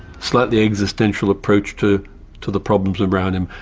slightly existential approach to to the problems around him,